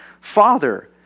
Father